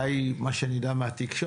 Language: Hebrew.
גם מה שאני יודע מהתקשורת,